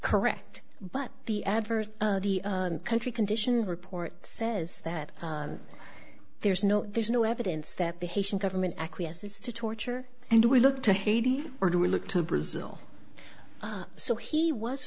correct but the adverse the country condition report says that there's no there's no evidence that the haitian government acquiesces to torture and we look to haiti or do we look to brazil so he was